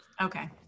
okay